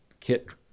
kit